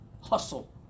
hustle